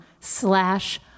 slash